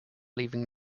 leaving